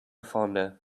fonder